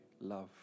love